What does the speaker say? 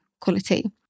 quality